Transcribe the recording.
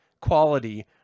quality